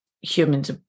humans